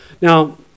Now